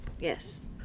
Yes